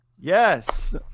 Yes